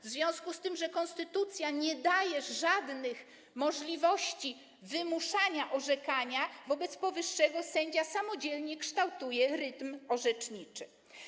W związku z tym, że konstytucja nie daje żadnych możliwości wymuszania orzekania, sędzia samodzielnie kształtuje rytm orzeczniczy.